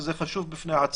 שזה חשוב בפני עצמו,